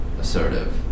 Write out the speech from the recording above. assertive